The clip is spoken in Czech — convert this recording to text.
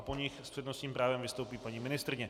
Po nich s přednostním právem vystoupí paní ministryně.